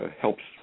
helps